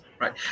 Right